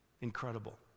Incredible